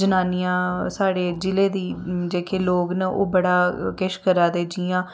जनानियां साढ़े जिले दी जेह्के लोक न ओह् बड़ा किश करा दे जियां